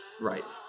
Right